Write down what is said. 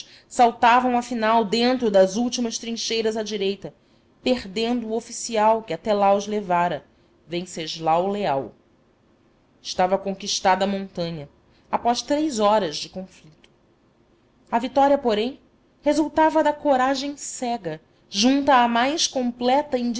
saltavam afinal dentro das últimas trincheiras à direita perdendo o oficial que até lá os levara venceslau leal estava conquistada a montanha após três horas de conflito a vitória porém resultava da coragem cega junta à mais completa